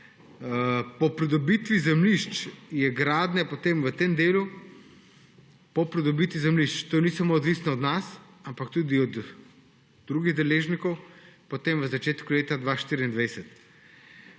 Po pridobitvi zemljišč je gradnja v tem delu – po pridobitvi zemljišč, to ni odvisno samo od nas, ampak tudi od drugih deležnikov – potem v začetku leta 2024.